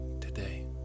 today